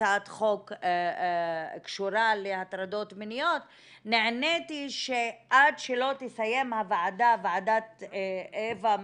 הצעת חוק קשורה להטרדות מיניות נעניתי שעד שלא תסיים ועדת אוה מדז'יבוז'